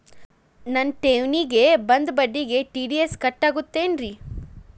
ನನ್ನ ಠೇವಣಿಗೆ ಬಂದ ಬಡ್ಡಿಗೆ ಟಿ.ಡಿ.ಎಸ್ ಕಟ್ಟಾಗುತ್ತೇನ್ರೇ?